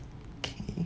okay